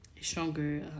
stronger